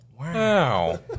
Wow